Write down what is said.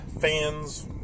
fans